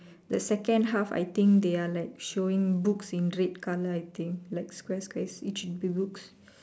the second half I think they are like showing books in red colour I think like square square is each of the books